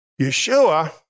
Yeshua